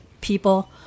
people